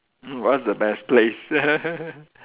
mm what's the best place